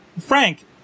Frank